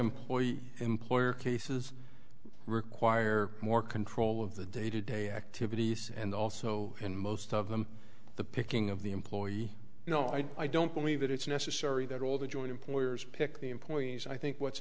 employee employer cases require more control of the day to day activities and also in most of them the picking of the employee no i don't believe that it's necessary that all the joint employers pick the employees i think what's